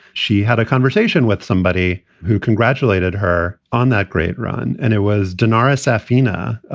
she had a conversation with somebody who congratulated her on that great run. and it was denarius athina,